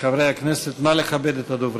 חברי הכנסת, נא לכבד את הדוברים.